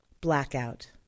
Blackout